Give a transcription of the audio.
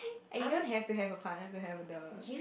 you don't have to have a partner to have a dog